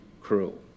cruel